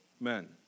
men